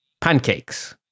pancakes